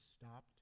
stopped